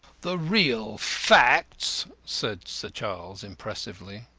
the real facts, said sir charles, impressively,